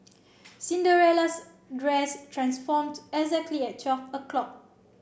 Cinderella's dress transformed exactly at twelve o'clock